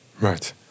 Right